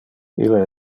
ille